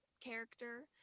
character